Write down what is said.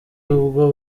ubwo